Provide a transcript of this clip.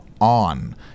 on